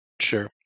Sure